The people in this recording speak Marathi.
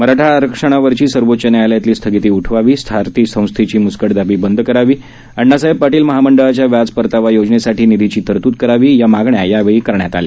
मराठा आरक्षणावरील सर्वोच्च न्यायालयातली स्थगिती उठवावी सारथी संस्थेची म्स्कटदाबी बंद करणे आण्णासाहेब पाटील महामंडळाच्या व्याज परतावा योजनेसाठी निधीची तरतूद करणे आदी मागण्या यावेळी करण्यात आल्या